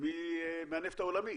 מהנפט העולמי.